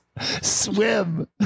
swim